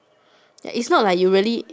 it's not like you really